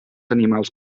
animals